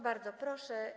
Bardzo proszę.